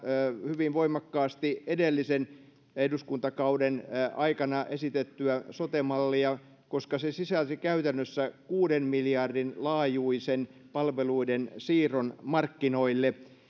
hyvin voimakkaasti edellisen eduskuntakauden aikana esitettyä sote mallia koska se sisälsi käytännössä kuuden miljardin laajuisen palveluiden siirron markkinoille